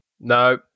No